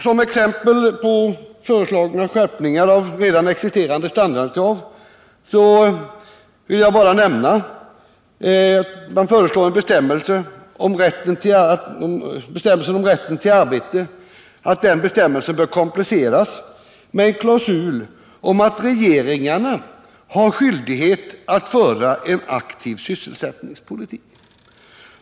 Som exempel på föreslagna skärpningar av redan existerande standardkrav vill jag bara nämna att det föreslås att bestämmelsen om rätt till arbete bör kompletteras med en klausul om att regeringarna har skyldighet att föra en aktiv sysselsättningspolitik.